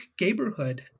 neighborhood